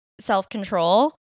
self-control